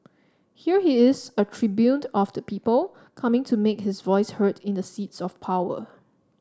here he is a tribune of the people coming to make his voice heard in the seats of power